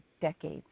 decades